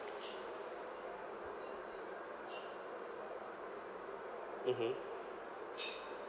mmhmm